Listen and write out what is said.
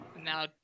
Now